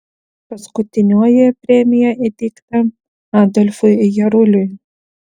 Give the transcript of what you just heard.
paskutinioji premija įteikta adolfui jaruliui